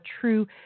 true